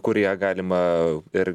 kur ją galima ir